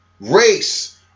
race